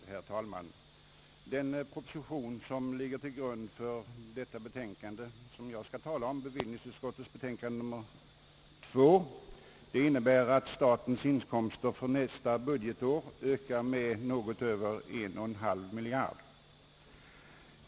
Herr talman! Den proposition som ligger till grund för det betänkande som jag nu skall beröra, nämligen bevillningsutskottets betänkande nr 2, innebär att statens inkomster för nästa budgetår ökar med närmare 1,5 miljard kronor.